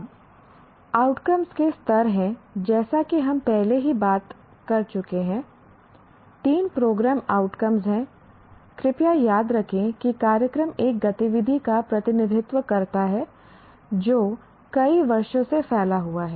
अब आउटकम के स्तर हैं जैसा कि हम पहले ही बता चुके हैं 3 प्रोग्राम आउटकम हैं कृपया याद रखें कि कार्यक्रम एक गतिविधि का प्रतिनिधित्व करता है जो कई वर्षों से फैला हुआ है